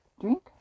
drink